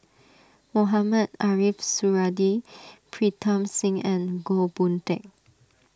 Mohamed Ariff Suradi Pritam Singh and Goh Boon Teck